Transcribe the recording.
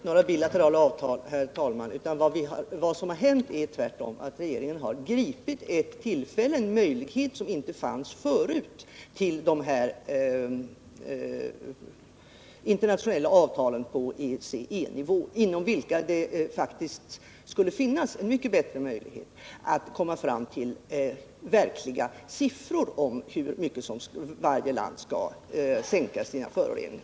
Herr talman! Det är ingen som försummar några bilaterala avtal. Vad som har hänt är tvärtom att regeringen har gripit en möjlighet, som inte fanns förut, till internationella avtal på OECD-nivå, där det faktiskt skulle finnas en bättre möjlighet att komma fram till verkliga siffror på hur mycket varje land skulle sänka sina föroreningar.